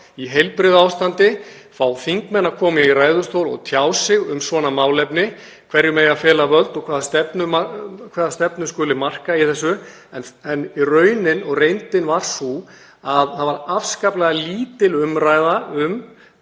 Í heilbrigðu ástandi fá þingmenn að koma í ræðustól og tjá sig um svona málefni, hverjum eigi að fela völd og hvaða stefnu skuli marka í þessu en reyndin var sú að það var afskaplega lítil umræða um